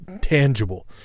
tangible